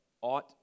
ought